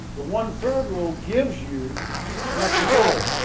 the one-third rule gives you flexibility.